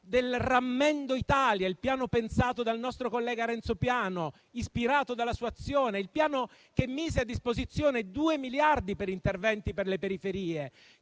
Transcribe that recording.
periferie d'Italia, pensato dal nostro collega Renzo Piano, ispirato dalla sua azione: il piano che mise a disposizione 2 miliardi per interventi per le periferie,